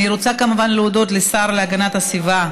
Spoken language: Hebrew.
אני רוצה כמובן להודות לשר להגנת הסביבה